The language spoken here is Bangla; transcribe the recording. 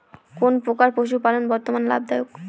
কোন প্রকার পশুপালন বর্তমান লাভ দায়ক?